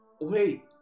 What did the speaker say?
Wait